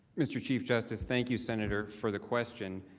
mr. chief justice, thank you senator for the question.